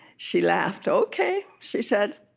she laughed. ok she said.